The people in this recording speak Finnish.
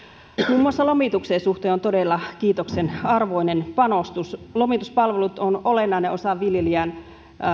muun muassa lomituksen suhteen on todella kiitoksen arvoinen panostus lomituspalvelut ovat olennainen osa viljelijän